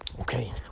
Okay